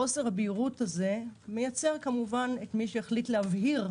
חוסר הבהירות הזה מייצר כמובן את מי שהחליט "להבהיר",